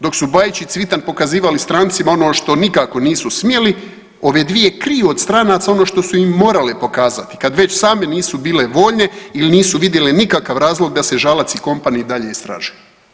Dok su Bajić i Cvitan pokazivali strancima ono što nikako nisu smjeli, ove dvije kriju od stranaca ono što su im morale pokazati, kad već same nisu bile voljne ili nisu vidjele nikakav razlog da se Žalac i company i dalje istražuje.